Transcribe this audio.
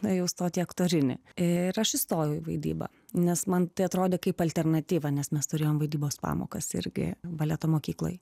nuėjau stoti į aktorinį ir aš įstojau į vaidybą nes man tai atrodė kaip alternatyva nes mes turėjom vaidybos pamokas irgi baleto mokykloj